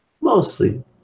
mostly